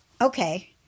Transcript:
Okay